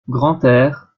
grantaire